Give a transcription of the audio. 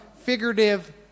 figurative